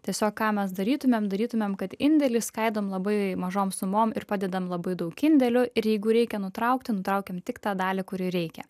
tiesiog ką mes darytumėm darytumėm kad indėlį skaidom labai mažom sumom ir padedam labai daug indėlių ir jeigu reikia nutraukti nutraukiam tik tą dalį kurių reikia